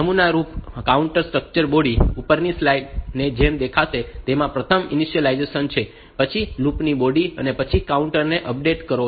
નમૂનારૂપ counter structure body ઉપરની slide ની જેમ દેખાશે તેમાં પ્રથમ ઇનિશિયલાઇઝેશન છે પછી લૂપની બોડી પછી કાઉન્ટર ને અપડેટ કરો